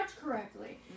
correctly